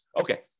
Okay